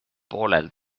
poolel